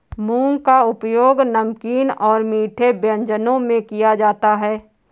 मूंग का उपयोग नमकीन और मीठे व्यंजनों में किया जाता है